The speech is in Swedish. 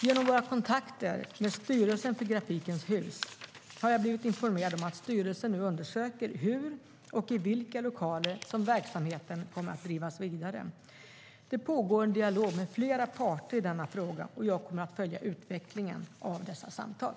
Genom våra kontakter med styrelsen för Grafikens Hus har jag blivit informerad om att styrelsen nu undersöker hur och i vilka lokaler som verksamheten kommer att bedrivas vidare. Det pågår en dialog med flera parter i denna fråga, och jag kommer att följa utvecklingen av dessa samtal.